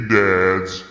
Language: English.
dads